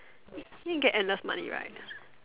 you can get endless money right